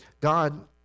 God